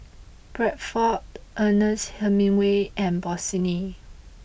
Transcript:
Bradford Ernest Hemingway and Bossini